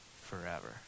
forever